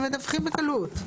הם מדווחים בקלות.